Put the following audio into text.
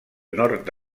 nord